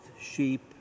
sheep